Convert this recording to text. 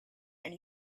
and